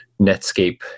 Netscape